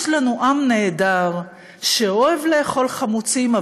יש לנו עם נהדר שאוהב לאכול חמוצים,